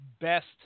best